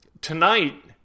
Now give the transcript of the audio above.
Tonight